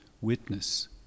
witness